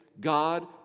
God